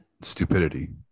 stupidity